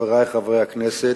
חברי חברי הכנסת,